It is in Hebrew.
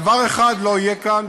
דבר אחד לא יהיה כאן,